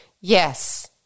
Yes